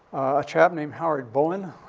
a chap named howard boland, ah,